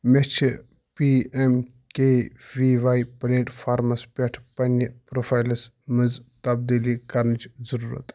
مےٚ چھِ P M K V Y پلیٹ فارمَس پٮ۪ٹھ پَننہِ پرٛوفایلَس منٛز تبدیٖلی کَرنٕچ ضروٗرت